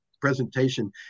presentation